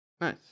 Nice